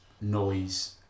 noise